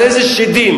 על איזה שדים?